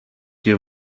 και